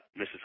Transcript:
Mrs